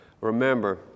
Remember